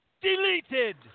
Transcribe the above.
deleted